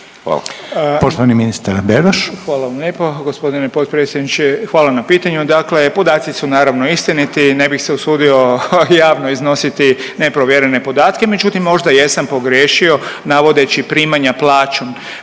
Beroš. **Beroš, Vili (HDZ)** Hvala vam lijepo g. potpredsjedniče. Hvala na pitanju. Dakle, podaci su naravno istiniti, ne bih se usudio javno iznositi neprovjerene podatke, međutim možda jesam pogriješio navodeći primanja plaćom.